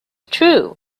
true